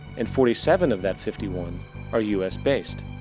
and forty seven of that fifty one are u s based.